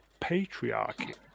patriarchy